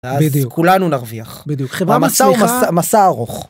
בדיוק - אז כולנו נרוויח - בדיוק - המסע המסע ארוך.